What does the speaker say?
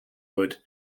wood